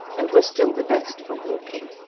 and were still the best for walking,